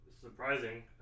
surprising